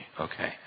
okay